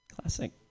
Classic